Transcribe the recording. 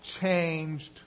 changed